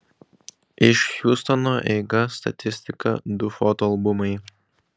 iš hjustono eiga statistika du foto albumai